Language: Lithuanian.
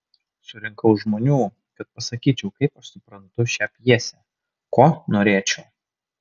surinkau žmonių kad pasakyčiau kaip aš suprantu šią pjesę ko norėčiau